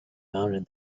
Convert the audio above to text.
mounted